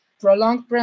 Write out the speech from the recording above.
prolonged